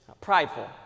prideful